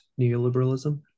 neoliberalism